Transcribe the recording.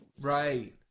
Right